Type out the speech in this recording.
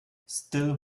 still